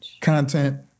content